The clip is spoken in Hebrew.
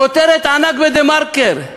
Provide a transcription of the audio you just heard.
כותרת ענק ב"דה-מרקר":